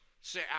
Say